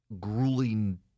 grueling